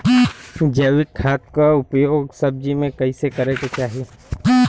जैविक खाद क उपयोग सब्जी में कैसे करे के चाही?